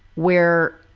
where,